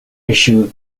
issue